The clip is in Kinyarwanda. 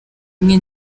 imwe